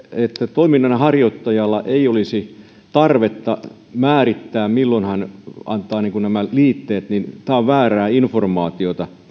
toiminnanharjoittajalla ei olisi tarvetta määrittää milloin hän antaa nämä liitteet on väärää informaatiota